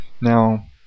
Now